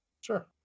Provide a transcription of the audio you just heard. Sure